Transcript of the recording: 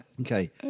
Okay